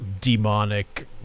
demonic